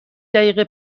دقیقه